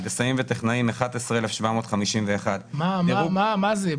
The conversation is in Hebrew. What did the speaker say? הנדסאים וטכנאים 11,751. מה זה,